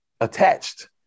attached